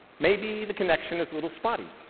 maybe the connection is a little spotty.